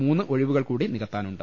മൂന്ന് ഒഴിവുകൾ കൂടി നികത്താനുണ്ട്